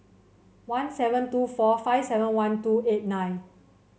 one seven two four five seven one two eight nine